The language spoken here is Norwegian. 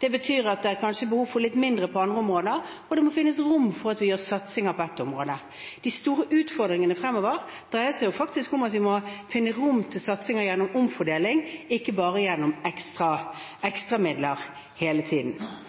Det betyr at det kanskje er behov for litt mindre på andre områder. Og det må finnes rom for at vi satser på ett område. De store utfordringene fremover dreier seg om at vi må finne rom for satsing gjennom omfordeling, ikke bare gjennom ekstra midler hele tiden.